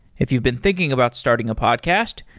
if you've been thinking about starting a podcast,